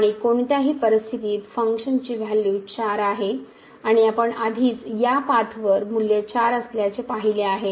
आणि कोणत्याही परिस्थितीत फंक्शनची व्हॅल्यू 4 आहे आणि आपण आधीच या पाथवर मूल्य 4 असल्याचे पाहिले आहे